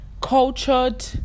cultured